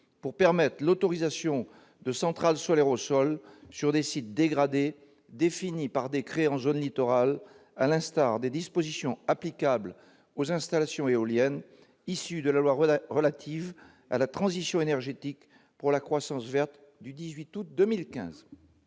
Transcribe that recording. pour permettre l'autorisation de centrales solaires au sol sur des sites dégradés définis par décret en zone littorale, à l'instar des dispositions applicables aux installations éoliennes issues de la loi relative à la transition énergétique pour la croissance verte du 18 août 2015.